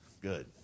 good